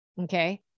okay